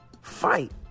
fight